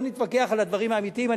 בואו נתווכח על העניינים האמיתיים.